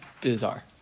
bizarre